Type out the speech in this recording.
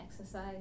exercise